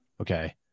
Okay